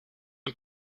een